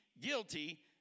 guilty